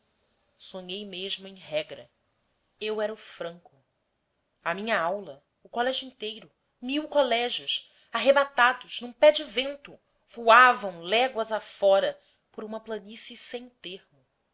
sonhei mesmo em regra eu era o franco a minha aula o colégio inteiro mil colégios arrebatados num pé de vento voavam léguas afora por uma planície sem termo